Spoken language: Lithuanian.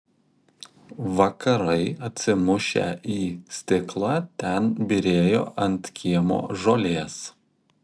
vakarai atsimušę į stiklą ten byrėjo ant kiemo žolės